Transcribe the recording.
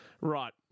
Right